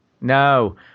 No